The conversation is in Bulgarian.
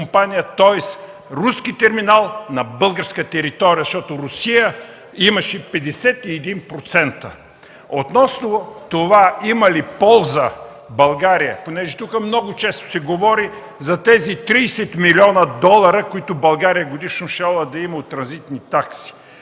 тоест руски терминал на българска територия, защото Русия имаше 51%. Относно това има ли полза България, понеже тук много често се говори за тези 30 млн. долара, които България годишно щяла да има от транзитни такси.